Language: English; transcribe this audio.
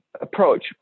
approach